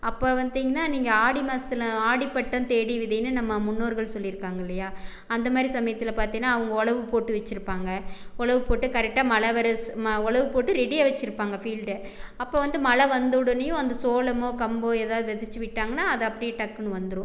அப்போ வந்திங்னால் நீங்கள் ஆடி மாதத்துல ஆடி பட்டம் தேடி விதைன்னு நம்ம முன்னோர்கள் சொல்லியிருக்காங்க இல்லையா அந்த மாதிரி சமயத்தில் பார்த்தீங்னா அவங்க உழவு போட்டு வச்சுருப்பாங்க உழவு போட்டு கரெக்டாக மழை வர உழவு போட்டு ரெடியாக வச்சுருப்பாங்க ஃபீல்டை அப்போ வந்து மழை வந்து உடனேயும் அந்த சோளம் கம்பு ஏதாவது வெதைச்சி விட்டாங்கன்னா அதை அப்படியே டக்குன்னு வந்துடும்